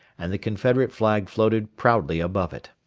and the confederate flag floated proudly above it.